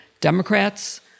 Democrats